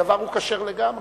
הדבר הוא כשר לגמרי.